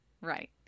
Right